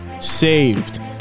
saved